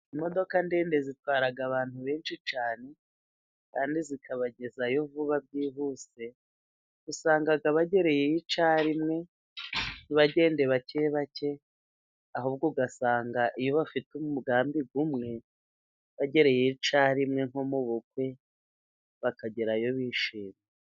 Imodoka ndende zitwara abantu benshi cyane kandi zikabagezayo vuba byihuse, usanga bagereyeyo icyarimwe ntibagende bake bake, ahubwo ugasanga iyo bafite umugambi umwe bagererayo icyarimwe nko mu bukwe bakagerayo bishimye.